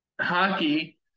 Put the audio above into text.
hockey